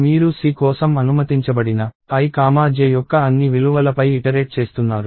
మీరు C కోసం అనుమతించబడిన i కామా j యొక్క అన్ని విలువలపై ఇటరేట్ చేస్తున్నారు